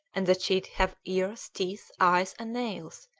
and that she have ears, teeth, eyes, and nails,